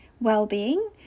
Wellbeing